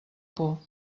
por